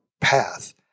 path